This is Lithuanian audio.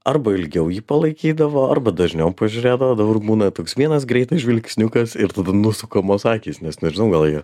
arba ilgiau jį palaikydavo arba dažniau pažiūrėdavo dabar būna toks vienas greitas žvilgsniukas ir tada nusukamos akys nes nežinau gal jie